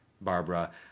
Barbara